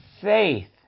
faith